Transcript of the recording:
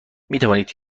میتوانید